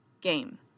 game